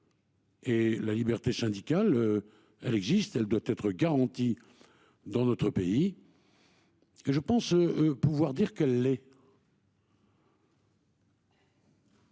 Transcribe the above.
Et la liberté syndicale. Elle existe, elle doit être garantie dans notre pays. Et je pense pouvoir dire qu'elle est.